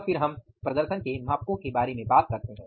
तब फिर हम अब प्रदर्शन के मापको के बारे में बात करते हैं